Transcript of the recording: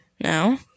Now